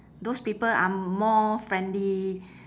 those people are more friendly